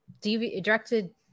directed